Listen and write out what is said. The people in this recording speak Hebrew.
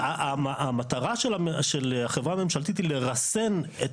המטרה של החברה הממשלתית היא לרסן את